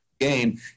game